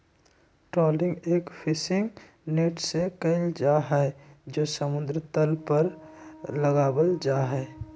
trawling एक fishing net से कइल जाहई जो समुद्र तल पर लगावल जाहई